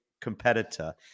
competitor